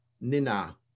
Nina